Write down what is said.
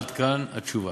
עד כאן התשובה,